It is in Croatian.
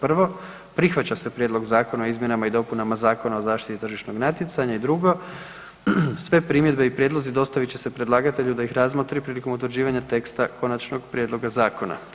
Prvo, prihvaća se Prijedlog Zakona o izmjenama i dopunama Zakona o zaštiti tržišnog natjecanja i drugo sve primjedbe i prijedlozi dostavit će se predlagatelju da ih razmotri prilikom utvrđivanja teksta konačnog prijedloga zakona.